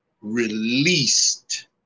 released